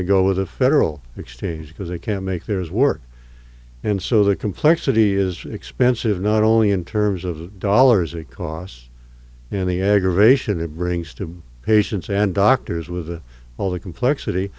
to go with a erroll exchange because they can't make theirs work and so the complexity is expensive not only in terms of the dollars it costs and the aggravation it brings to patients and doctors with all the complexity